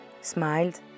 smiled